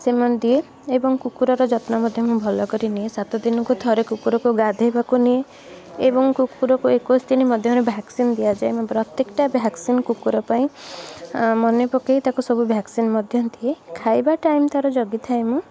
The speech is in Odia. ଦିଏ ଏବଂ କୁକୁରର ଯତ୍ନ ମଧ୍ୟ ଭଲ କରି ନିଏ ସାତ ଦିନକୁ ଥରେ କୁକୁରକୁ ଗାଧୋଇବାକୁ ନିଏ ଏବଂ କୁକୁରକୁ ଏକୋଇଶି ଦିନ ମଧ୍ୟରେ ଭାକ୍ସିନ୍ ଦିଆଯାଏ ଏବଂ ପ୍ରତ୍ୟେକଟା ଭାକ୍ସିନ୍ କୁକୁର ପାଇଁ ମନେ ପକେଇ ତାକୁ ସବୁ ଭାକ୍ସିନ୍ ମଧ୍ୟ ଦିଏ ଖାଇବା ଟାଇମ୍ ତା'ର ଜଗିଥାଏ ମୁଁ